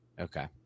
Okay